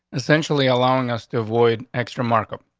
essentially allowing us to avoid extra market.